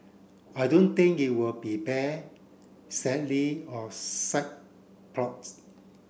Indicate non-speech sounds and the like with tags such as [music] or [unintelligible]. I don't think it would be bear [unintelligible] or side plots